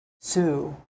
sue